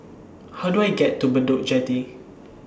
How Do I get to Bedok Jetty